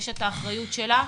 יש את האחריות שלה.